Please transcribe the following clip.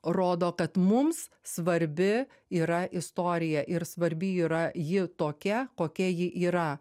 rodo kad mums svarbi yra istorija ir svarbi yra ji tokia kokia ji yra